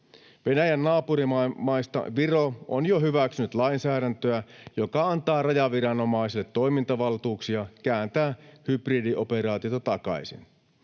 Venäjän naapurimaista Viro on jo hyväksynyt lainsäädäntöä, joka antaa rajaviranomaisille toimintavaltuuksia kääntää hybridioperaatiota takaisin.